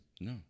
No